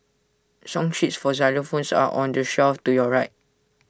song sheets for xylophones are on the shelf to your right